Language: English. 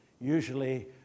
Usually